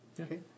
Okay